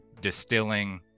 distilling